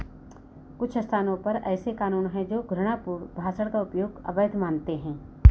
कुछ स्थानों पर ऐसे कानून हैं जो घृणापूर्ण भाषण का उपयोग अवैध मानते हैं